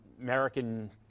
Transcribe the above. American